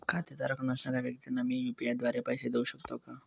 खातेधारक नसणाऱ्या व्यक्तींना मी यू.पी.आय द्वारे पैसे देऊ शकतो का?